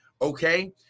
Okay